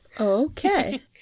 Okay